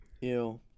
Ew